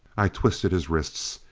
i twisted his wrists.